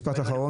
משפט אחרון,